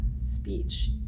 speech